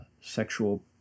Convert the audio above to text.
sexual